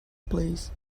place